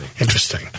Interesting